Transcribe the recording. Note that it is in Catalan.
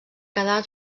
quedar